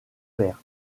père